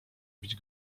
bić